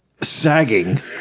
Sagging